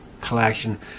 collection